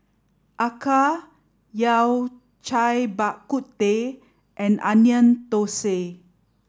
Acar Yao Cai Bak Kut Teh and Onion Thosai